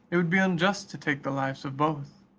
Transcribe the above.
it would be unjust to take the lives of both.